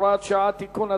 הוראת שעה) (תיקון),